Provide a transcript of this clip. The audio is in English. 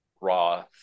raw